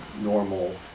normal